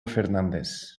fernandez